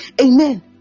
Amen